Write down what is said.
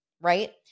right